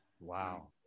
Wow